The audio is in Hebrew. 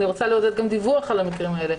אני רוצה גם לעודד דיווח על המקרים האלה.